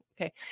okay